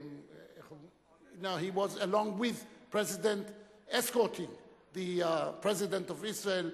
and he was escorting the president of Israel,